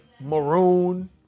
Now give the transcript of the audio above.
maroon